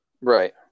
Right